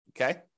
okay